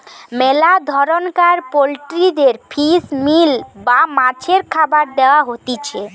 মেলা ধরণকার পোল্ট্রিদের ফিশ মিল বা মাছের খাবার দেয়া হতিছে